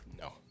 No